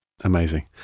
Amazing